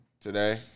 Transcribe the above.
today